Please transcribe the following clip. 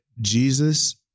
Jesus